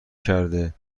کرده